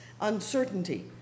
uncertainty